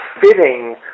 fitting